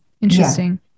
interesting